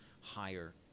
higher